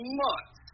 months